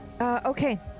okay